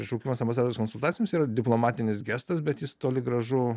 atšaukimas ambasadoriaus konsultacijoms yra diplomatinis gestas bet jis toli gražu